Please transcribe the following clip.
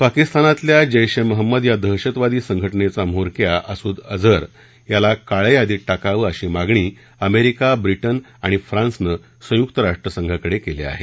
पाकिस्तानातल्या जैश मंहमद या दहशतवादी संघटनेचा म्होरक्या मसूद अजहर याला काळ्या यादीत टाकावं अशी मागणी अमेरिका ब्रिटन आणि फ्रान्सनं संयुक्त राष्ट्रसंघाकडे केली आहे